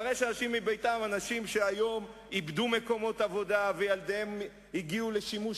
אנשים שהיום איבדו מקומות עבודה וילדיהם הגיעו לשימוש